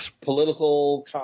political